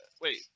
Wait